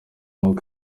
nguko